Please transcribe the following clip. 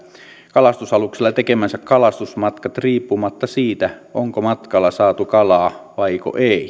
kalastusaluksella tekemänsä kalastusmatkat riippumatta siitä onko matkalla saatu kalaa vaiko ei